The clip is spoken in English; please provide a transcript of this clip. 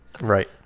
right